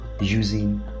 using